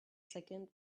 second